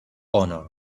honor